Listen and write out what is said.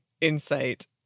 insight